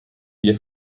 wir